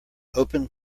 open